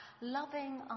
Loving